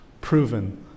proven